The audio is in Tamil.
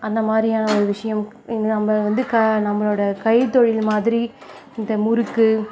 அந்தமாதிரியான ஒரு விஷயம் நம்ம வந்து நம்மளோடய கைத்தொழில் மாதிரி இந்த முறுக்கு